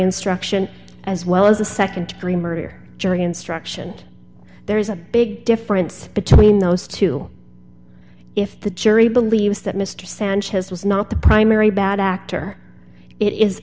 instruction as well as the nd degree murder during instruction there is a big difference between those two if the jury believes that mr sanchez was not the primary bad actor i